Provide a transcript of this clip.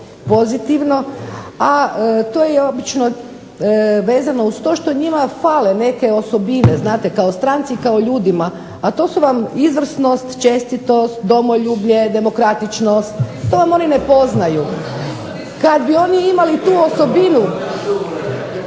pozitivno, a to je obično vezano uz to što njima fale neke osobine znate kao stranci i kao ljudima, a to su vam izvrsnost, čestitost, domoljublje, demokratičnost. To vam oni ne poznaju. Kad bi oni imali tu osobinu,